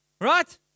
Right